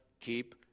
keep